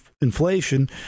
inflation